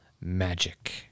magic